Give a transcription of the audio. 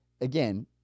Again